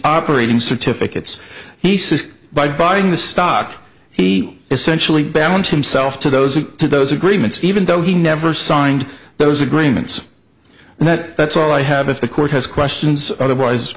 operating certificates he says by buying the stock he essentially balance himself to those to those agreements even though he never signed those agreements and that that's all i have if the court has questions otherwise